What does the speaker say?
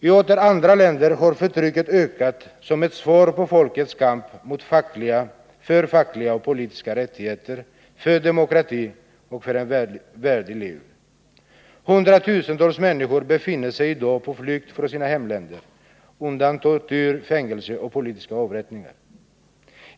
I åter andra länder har förtrycket ökat som ett svar på folkens kamp för fackliga och politiska rättigheter, för demokrati och för ett värdigt liv. Hundratusentals människor befinner sig i dag på flykt från sina hemländer, undan tortyr, fängelser och politiska avrättningar.